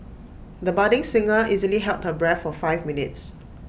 the budding singer easily held her breath for five minutes